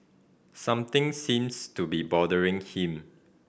something seems to be bothering him